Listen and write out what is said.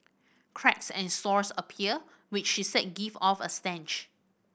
cracks and sores appear which she said give off a stench